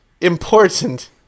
Important